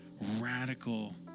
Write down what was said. radical